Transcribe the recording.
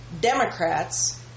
Democrats